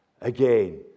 again